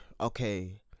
okay